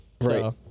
Right